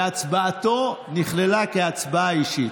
והצבעתו נכללה כהצבעה אישית.